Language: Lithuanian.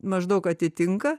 maždaug atitinka